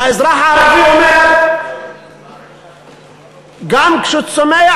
אבל האזרח הערבי אומר: גם כשהוא צומח